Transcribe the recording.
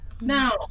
Now